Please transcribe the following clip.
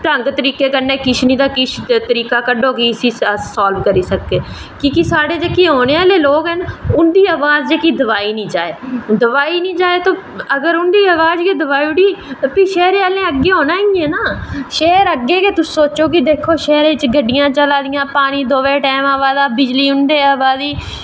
ढंग तरीके कन्नै किश नी तां किश तरीका कड्ढो कि इसी अस सालव करी सकचै कि के साढ़े औने आह्ले जेह्के लोग न उंदी अवाज दवाई नी जाए दवाई नी जाए अगर उंदी अवाज गै दवाई ओड़ी ते फ्ही सैह्रे आह्लें अग्गैं होना गै ऐ ना शैह्र अग्गैं तै तुस दिक्खो कि गड्डियां चला दियां पानी दोए टैम अवा जा बिजली उंदे अवा दी